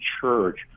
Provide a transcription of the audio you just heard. church